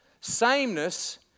sameness